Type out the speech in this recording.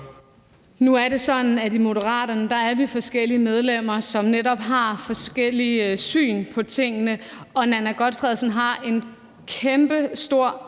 Nu er det sådan, at i Moderaterne er vi forskellige medlemmer, som netop har forskellige syn på tingene. Nanna W. Gotfredsen har en kæmpestor indsigt